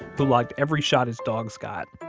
who logged every shot his dogs got.